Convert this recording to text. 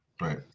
Right